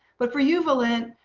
but for you, v'lent,